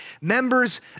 Members